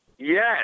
Yes